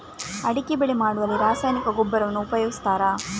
ಅಡಿಕೆ ಬೆಳೆ ಮಾಡುವಲ್ಲಿ ರಾಸಾಯನಿಕ ಗೊಬ್ಬರವನ್ನು ಉಪಯೋಗಿಸ್ತಾರ?